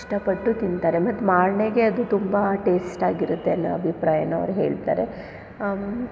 ಇಷ್ಟಪಟ್ಟು ತಿಂತಾರೆ ಮತ್ತು ಮಾರ್ನೆಗೆ ಅದು ತುಂಬ ಟೇಸ್ಟಾಗಿರುತ್ತೆ ಅನ್ನೋ ಅಭಿಪ್ರಾಯನ ಅವ್ರು ಹೇಳ್ತಾರೆ